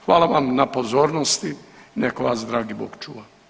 Hvala vam na pozornosti i nek vas dragi Bog čuva.